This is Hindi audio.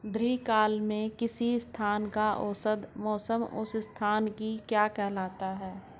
दीर्घकाल में किसी स्थान का औसत मौसम उस स्थान की क्या कहलाता है?